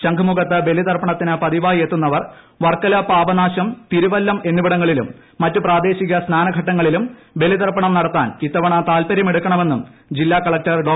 ശംഖുമുഖത്ത് ബലിത്ർപ്പണത്തിന് പതിവായി എത്തുന്നവർ വർക്കല പാപനാശം തിരുവല്ലം എന്നിവിടങ്ങളിലും മറ്റു പ്രാദേശിക സ്നാന ഘട്ടങ്ങളിലും ബലിതർപ്പണം നടത്താൻ ഇത്തവണ ്താത്പര്യമെടുക്കണമെന്നും ജില്ലാ കളക്ടർ ഡോ